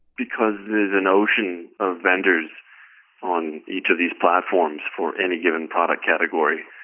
because there's an ocean of vendors on each of these platforms for any given product category.